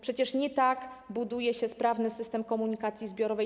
Przecież nie tak buduje się sprawny system komunikacji zbiorowej.